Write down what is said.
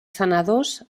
senadors